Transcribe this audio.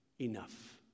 Enough